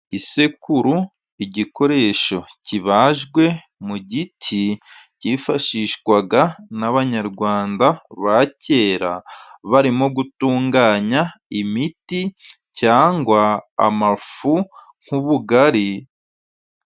Isekuru, igikoresho kibajwe mu giti, cyifashishwaga n'abanyarwanda ba kera, barimo gutunganya imiti cyangwa amafu, nk'ubugari,..